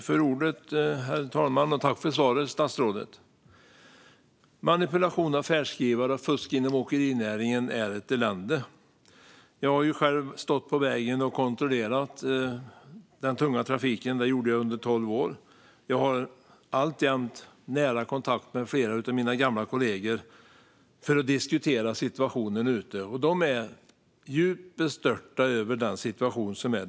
Herr talman! Jag tackar statsrådet för svaret. Manipulation av färdskrivare och fusk inom åkerinäringen är ett elände. Jag har själv stått på vägen och kontrollerat den tunga trafiken. Det gjorde jag under tolv år. Jag har alltjämt nära kontakt med flera av mina gamla kollegor för att diskutera situationen. De är djupt bestörta över den situation som råder.